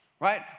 Right